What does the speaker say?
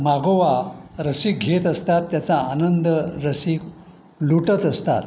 मागोवा रसिक घेत असतात त्याचा आनंद रसिक लुटत असतात